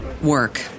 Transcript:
work